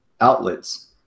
outlets